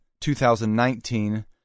2019